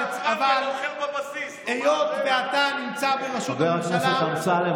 אבל היות שאתה נמצא ברשות הממשלה,